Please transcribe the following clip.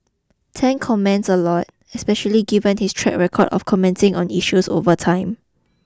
Tan comments a lot especially given his track record of commenting on issues over time